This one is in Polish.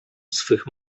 swych